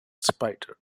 spider